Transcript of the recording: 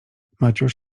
maciuś